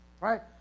Right